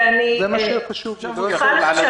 זה מה שחשוב לי.